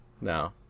No